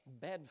bad